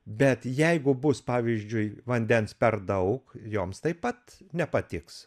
bet jeigu bus pavyzdžiui vandens per daug joms taip pat nepatiks